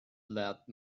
that